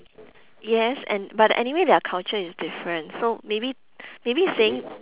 yes and but anyway their culture is different so maybe maybe saying